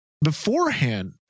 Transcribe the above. beforehand